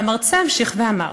והמרצה המשיך ואמר: